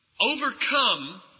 overcome